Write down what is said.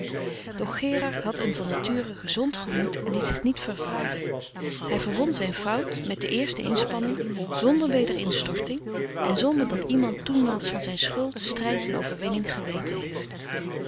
doch gerard had een van nature gezond gemoed en liet zich niet vervaren hij verwon zijn fout met de eerste inspanning zonder wederinstorting en zonder dat iemand toenmaals van zijn schuld strijd en overwinning geweten heeft